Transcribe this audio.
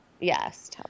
Yes